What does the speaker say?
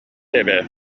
эбээт